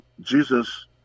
jesus